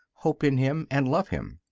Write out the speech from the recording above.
hope in him, and love him?